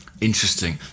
Interesting